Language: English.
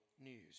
news